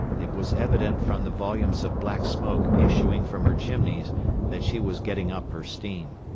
it was evident from the volumes of black smoke issuing from her chimneys that she was getting up her steam.